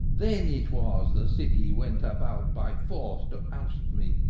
then it was the city went about by force to oust me,